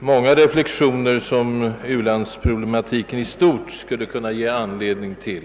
många reflexioner och meningsyttringar, som ulandsproblematiken i stort och de många delproblemen av framtidskaraktär skulle kunna ge anledning till.